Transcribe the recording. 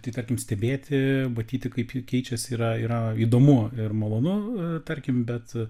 tai tarkim stebėti matyti kaip ji keičiasi yra yra įdomu ir malonu tarkim bet